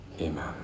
Amen